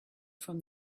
from